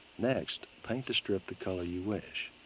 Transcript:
next, paint the strip the color you wish.